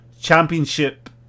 championship